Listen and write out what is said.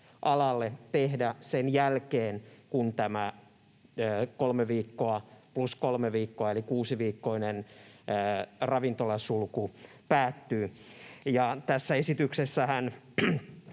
tehdä sen jälkeen, kun tämä kolme viikkoa plus kolme viikkoa eli kuusiviikkoinen ravintolasulku päättyy. Tässä esityksessähän